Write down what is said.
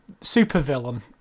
supervillain